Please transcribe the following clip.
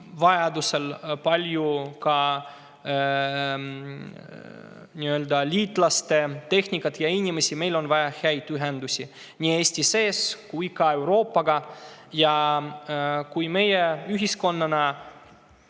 kiiresti palju ka liitlaste tehnikat ja inimesi, siis on meil vaja häid ühendusi nii Eesti sees kui ka Euroopaga. Ja kui me ühiskonnana